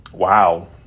wow